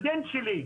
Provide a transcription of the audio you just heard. הסטודנט שלי,